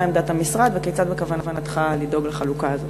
מה עמדת המשרד וכיצד בכוונתך לדאוג לחלוקה הזאת.